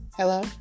Hello